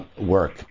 work